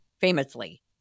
famously